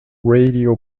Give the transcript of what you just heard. radio